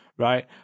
Right